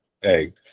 hey